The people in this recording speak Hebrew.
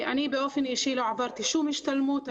אני באופן אישי לא עברתי שום השתלמות.